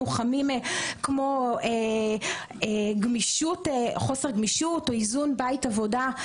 חמים כמו חוסר גמישות או איזון בית-עבודה.